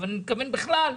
מתכוון בכלל,